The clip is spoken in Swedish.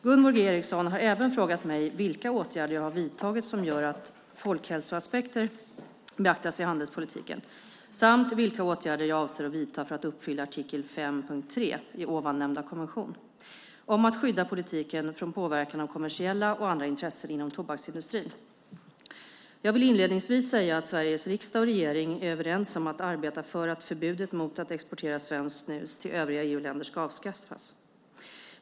Gunvor G Ericson har även frågat mig vilka åtgärder jag har vidtagit som gör att folkhälsoaspekter beaktas i handelspolitiken samt vilka åtgärder jag avser att vidta för att uppfylla artikel 5.3 i ovannämnda konvention - om att skydda politiken från påverkan av kommersiella och andra intressen inom tobaksindustrin. Jag vill inledningsvis säga att Sveriges riksdag och regering är överens om att arbeta för att förbudet mot att exportera svenskt snus till övriga EU-länder ska avskaffas.